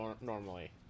normally